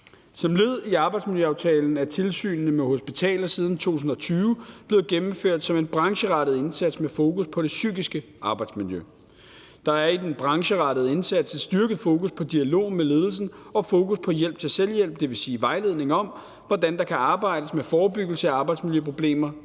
Som led i arbejdsmiljøaftalen er tilsynene med hospitalerne siden 2020 blevet gennemført som en brancherettet indsats med fokus på det psykiske arbejdsmiljø. Der er i den brancherettede indsats et styrket fokus på dialog med ledelsen og fokus på hjælp til selvhjælp, dvs. vejledning om, hvordan der kan arbejdes med forebyggelse af arbejdsmiljøproblemer